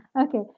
Okay